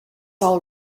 all